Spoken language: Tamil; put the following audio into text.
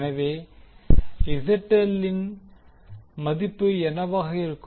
எனவே ZL இன் மதிப்பு என்னவாக இருக்கும்